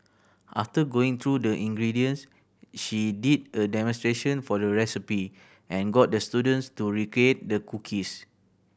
after going through the ingredients she did a demonstration for the recipe and got the students to recreate the cookies